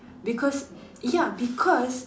because ya because